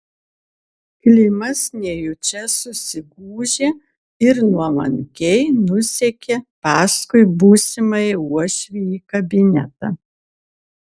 klimas nejučia susigūžė ir nuolankiai nusekė paskui būsimąjį uošvį į kabinetą